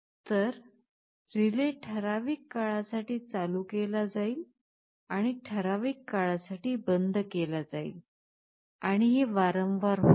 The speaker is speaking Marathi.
तर रिले ठराविक काळासाठी चालू केला जाईल आणि ठराविक काळासाठी बंद केला जाईल आणि हे वारंवार होईल